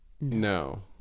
no